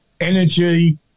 energy